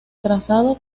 trazado